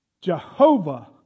Jehovah